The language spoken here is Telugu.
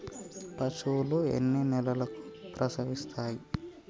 పశువులు ఎన్ని నెలలకు ప్రసవిస్తాయి?